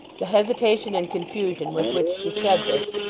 the hesitation and confusion with which she said this,